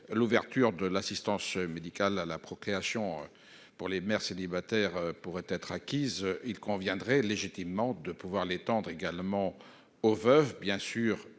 l'ouverture de l'assistance médicale à la procréation pour les mères célibataires pourrait être acquise, je considère légitime de l'étendre également aux veuves, à